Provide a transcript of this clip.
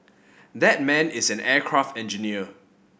that man is an aircraft engineer